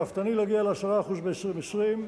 שאפתני להגיע ל-10% ב-2020,